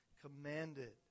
commanded